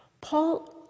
Paul